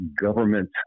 government